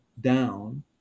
down